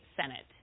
Senate